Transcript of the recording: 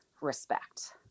respect